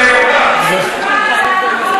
זה מצדיק את השחיתות שלכם?